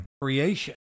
creation